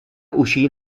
uscì